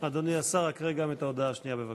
אדוני השר, הקרא גם את ההודעה השנייה, בבקשה.